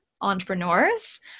entrepreneurs